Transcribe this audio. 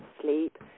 sleep